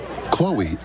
chloe